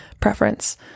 preference